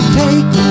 take